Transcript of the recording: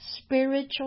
spiritual